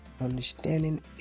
Understanding